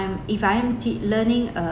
I'm if I am tea~ learning a